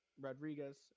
rodriguez